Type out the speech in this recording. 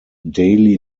daily